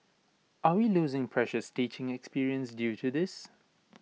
are we losing precious teaching experience due to this